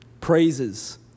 Praises